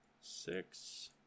six